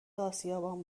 آسیابان